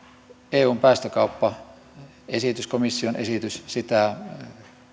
eun päästökauppa komission esitys sitä